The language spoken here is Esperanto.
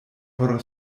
por